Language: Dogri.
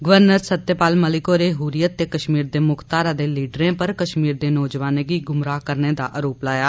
गवर्नर सत्यपाल मलिक होरें हुर्रियत ते कश्मीर दे मुक्ख धारा दे लीडरें पर कश्मीर दे नौजवानें गी गुमराह करने दा आरोप लाया